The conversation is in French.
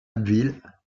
abbeville